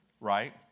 Right